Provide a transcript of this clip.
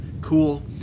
Cool